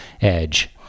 edge